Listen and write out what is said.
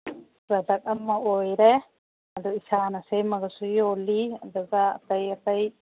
product ꯑꯃ ꯑꯣꯏꯔꯦ ꯑꯗꯣ ꯏꯁꯥꯅ ꯁꯦꯝꯃꯒꯁꯨ ꯌꯣꯜꯂꯤ ꯑꯗꯨꯒ ꯑꯇꯩ ꯑꯇꯩ